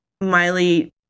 Miley